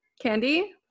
Candy